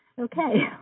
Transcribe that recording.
Okay